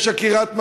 יש עקירת מטעים,